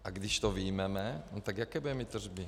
A když to vyjmeme, tak jaké bude mít tržby?